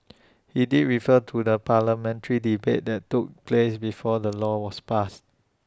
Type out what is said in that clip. he did refer to the parliamentary debate that took place before the law was passed